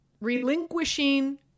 relinquishing